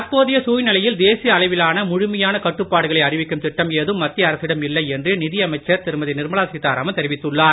தற்போதைய சூழ்நிலையில் தேசிய அளவிலான முழுமையான கட்டுப்பாடுகளை அறிவிக்கும் திட்டம் ஏதும் மத்திய அரசிடம் இல்லை என்று நிதியமைச்சர் திருமதி நிர்மலா சீதாராமன் தெரிவித்துள்ளார்